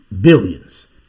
billions